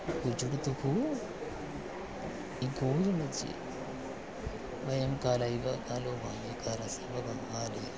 कुचुटुतुपु इकोयणचि वयं कालः इव कालो वा यकारस्य अवग आले